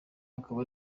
akaba